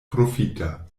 profita